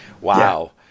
Wow